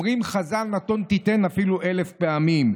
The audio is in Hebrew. אומרים חז"ל: נתון תיתן אפילו אלף פעמים.